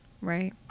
Right